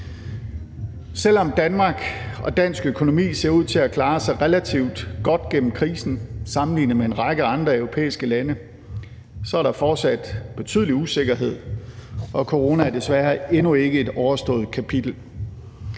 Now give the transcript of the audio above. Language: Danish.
Selv om Danmark og dansk økonomi ser ud til at klare sig relativt godt gennem krisen sammenlignet med en række andre europæiske lande, så er der fortsat betydelig usikkerhed, og corona er desværre endnu ikke et overstået kapitel.